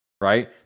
right